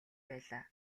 байлаа